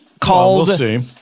called